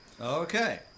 Okay